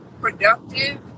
productive